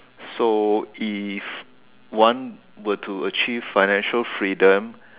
so if one would to achieve financial freedom